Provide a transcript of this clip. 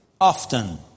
often